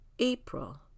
April